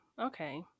okay